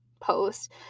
post